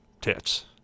tits